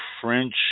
French